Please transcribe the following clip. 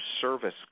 service